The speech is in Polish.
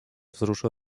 wzruszył